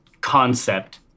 concept